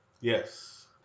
Yes